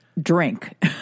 drink